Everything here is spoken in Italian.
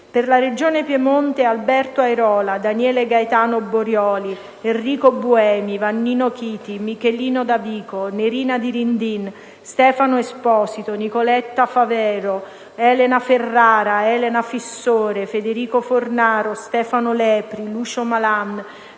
per la Regione Piemonte: Alberto Airola, Daniele Gaetano Borioli, Enrico Buemi, Vannino Chiti, Michelino Davico, Nerina Dirindin, Stefano Esposito, Nicoletta Favero, Elena Ferrara, Elena Fissore, Federico Fornaro, Stefano Lepri, Lucio Malan,